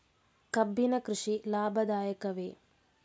ಕಬ್ಬಿನ ಕೃಷಿ ಲಾಭದಾಯಕವೇ?